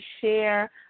share